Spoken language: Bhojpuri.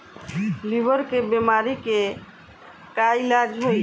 लीवर के बीमारी के का इलाज होई?